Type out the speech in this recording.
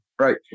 Right